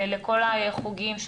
לכל החוגים,